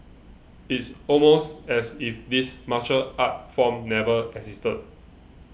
it's almost as if this martial art form never existed